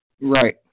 Right